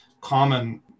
common